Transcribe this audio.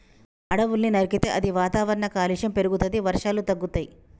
అడవుల్ని నరికితే అది వాతావరణ కాలుష్యం పెరుగుతది, వర్షాలు తగ్గుతయి